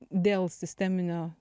dėl sisteminio